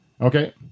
Okay